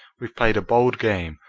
we've played a bold game,